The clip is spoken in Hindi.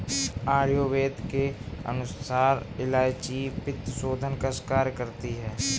आयुर्वेद के अनुसार इलायची पित्तशोधन का कार्य करती है